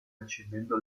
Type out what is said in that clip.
accendendo